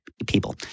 people